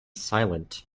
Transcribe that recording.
silent